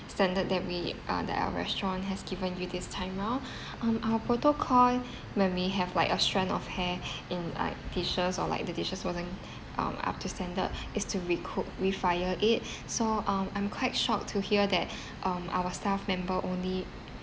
standard that we uh that our restaurant has given you this time round um our protocol when we have like a strand of hair in like dishes or like the dishes wasn't um up to standard is to recook refire it so um I'm quite shocked to hear that um our staff member only